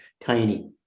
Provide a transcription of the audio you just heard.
tiny